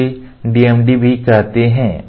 इसे DMD भी कहते हैं